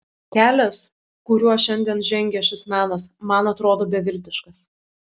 kelias kuriuo šiandien žengia šis menas man atrodo beviltiškas